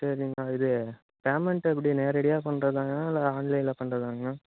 சரிங்கண்ணா இது பேமெண்ட்டு எப்படி நேரடியாக பண்ணுறதாங்கண்ணா இல்லை ஆன்லைனில் பண்ணுறதாங்கண்ணா